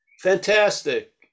Fantastic